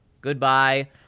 goodbye